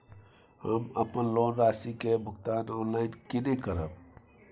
हम अपन लोन राशि के भुगतान ऑनलाइन केने करब?